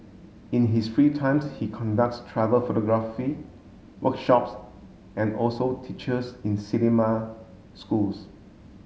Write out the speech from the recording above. in his free time he conducts travel photography workshops and also teaches in cinema schools